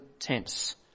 Tense